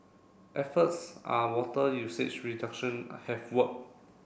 efforts are water usage reduction have worked